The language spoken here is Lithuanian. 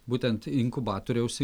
būtent inkubatoriaus